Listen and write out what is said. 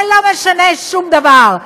זה לא משנה שום דבר,